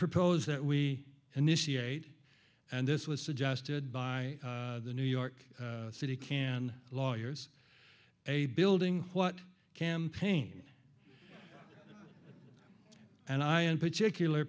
propose that we initiate and this was suggested by the new york city can lawyers a building what campaign and i in particular